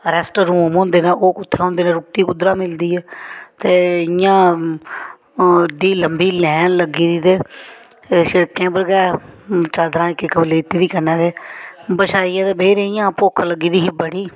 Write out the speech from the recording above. rest room होंदे न ओह् कुत्थै होंदे न रोटी कुदरा मिलदी ऐ ते इ'यां एह्ड़ी लम्मी लाइन लग्गी दी ते शिड़के उप्पर गै चादरा इक इक लेती दियां कन्नै ते बछाई ते बेही रेही इ'यां भुक्ख लग्गी दी ही बडडी